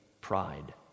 pride